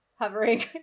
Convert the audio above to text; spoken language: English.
hovering